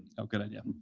oh, good idea.